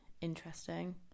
interesting